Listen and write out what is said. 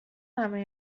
همهی